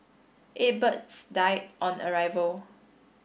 eight birds died on arrival